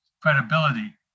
credibility